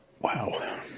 Wow